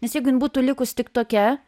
nes jeigu jin būtų likus tik tokia